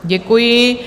Děkuji.